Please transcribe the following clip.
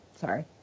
Sorry